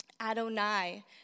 Adonai